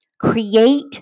create